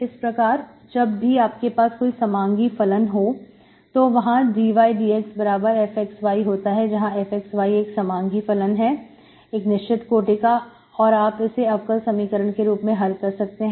इस प्रकार जब भी आपके पास कोई समांगी फलन हो तो वहां dydxfxy होता है जहां fxy एक समांगी फलन है एक निश्चित कोटि का और आप इसे अवकल समीकरण के रूप में हल कर सकते हैं